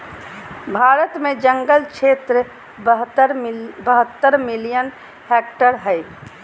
भारत में जंगल क्षेत्र बहत्तर मिलियन हेक्टेयर हइ